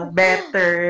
better